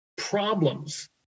Problems